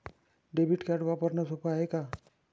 Debit card वापरणं सोप हाय का?